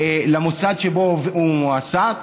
למוסד שבו הוא מועסק.